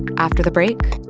after the break,